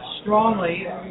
strongly